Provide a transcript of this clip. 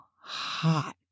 hot